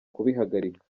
kubihagarika